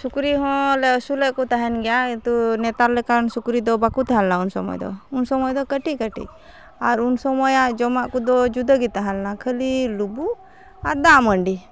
ᱥᱩᱠᱨᱤᱦᱚᱸᱞᱮ ᱟᱹᱥᱩᱞᱮᱫ ᱠᱚ ᱛᱮᱦᱮᱱ ᱜᱮᱭᱟ ᱠᱤᱱᱛᱩ ᱱᱮᱛᱟᱨ ᱞᱮᱠᱟᱱ ᱥᱩᱠᱨᱤᱫᱚ ᱵᱟᱠ ᱛᱮᱦᱮᱸᱞᱮᱱᱟ ᱩᱱᱥᱚᱢᱚᱭ ᱫᱚ ᱩᱱᱥᱚᱢᱚᱭ ᱫᱚ ᱠᱟᱹᱴᱤᱡᱼᱠᱟᱹᱴᱤᱡ ᱟᱨ ᱩᱱᱥᱚᱢᱚᱭᱟᱜ ᱡᱚᱢᱟᱜ ᱠᱚᱫᱚ ᱡᱩᱫᱟᱹᱜᱮ ᱛᱟᱦᱮᱸᱞᱮᱱᱟ ᱠᱷᱟᱹᱞᱤ ᱞᱩᱵᱩᱜ ᱟᱨ ᱫᱟᱜᱢᱟᱺᱰᱤ